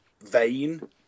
vain